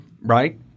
right